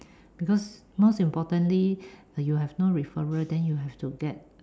because most importantly you have no referral then you have to get